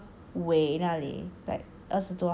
尾那里二十多号